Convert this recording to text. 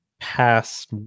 past